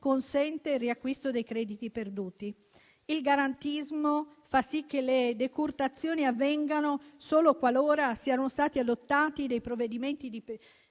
consente il riacquisto dei crediti perduti. Il garantismo fa sì che le decurtazioni avvengano solo qualora siano stati adottati provvedimenti definitivi,